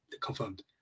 confirmed